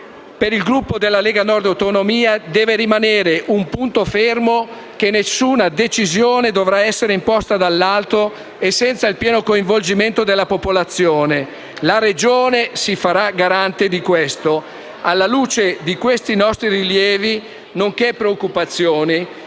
Per il Gruppo Lega Nord-Autonomie deve rimanere un punto fermo che nessuna decisione dovrà essere imposta dall’alto e senza il pieno coinvolgimento della popolazione. La Regione si farà garante di questo. Alla luce di questi nostri rilievi, nonché preoccupazioni,